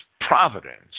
providence